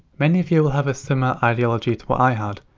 many of you will have a similar ideology to what i had,